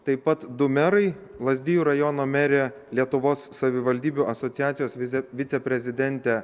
taip pat du merai lazdijų rajono merė lietuvos savivaldybių asociacijos vize viceprezidentė